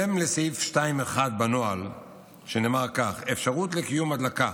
סעיף 2.1 בנוהל אומר כך: "אפשרות לקיום הדלקה